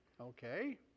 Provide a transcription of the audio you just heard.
Okay